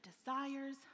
desires